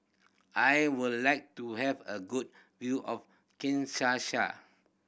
I would like to have a good view of Kinshasa